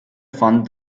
fund